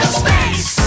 space